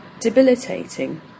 debilitating